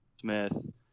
Smith